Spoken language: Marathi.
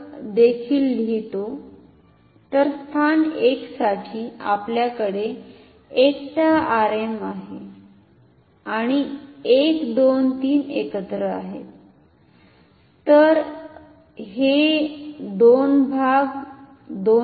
तर स्थान 1 साठी आपल्याकडे एकटा Rm आहे आणि 1 2 3 एकत्र आहेत तर हे 2 भाग 2 आहेत